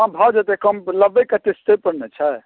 हँ भऽ जेतै कम लेबे कतेक से पर ने छै